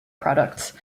products